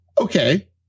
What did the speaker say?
Okay